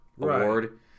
award